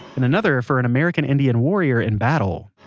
and another for an american indian warrior in battle,